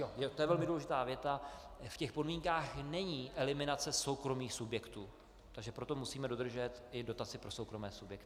To je velmi důležitá věta: V těch podmínkách není eliminace soukromých subjektů, proto musíme dodržet i dotace pro soukromé subjekty.